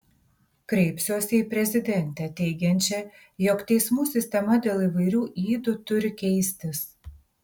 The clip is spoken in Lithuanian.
kreipsiuosi į prezidentę teigiančią jog teismų sistema dėl įvairių ydų turi keistis